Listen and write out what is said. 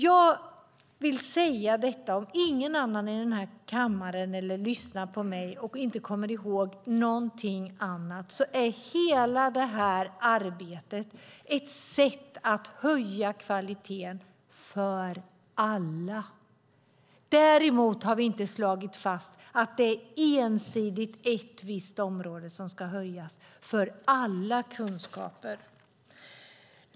Jag vill säga, om de som lyssnar inte kommer ihåg någonting annat så detta, att hela det här arbetet är ett sätt att höja kvaliteten för alla . Däremot har vi inte slagit fast att det ensidigt är ett visst område som där kvaliteten ska höjas, utan det gäller alla kunskaper.